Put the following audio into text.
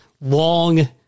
long